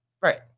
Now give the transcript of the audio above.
right